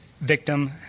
victim